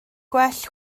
gwell